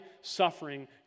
suffering